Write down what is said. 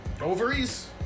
Ovaries